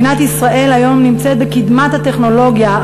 מדינת ישראל היום נמצאת בקדמת הטכנולוגיה,